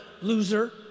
loser